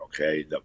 okay